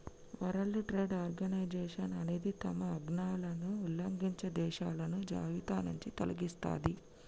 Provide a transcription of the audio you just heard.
world Trade Organization అనేది తమ ఆజ్ఞలను ఉల్లంఘించే దేశాలను జాబితానుంచి తొలగిస్తది